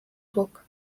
druck